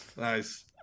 Nice